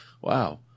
Wow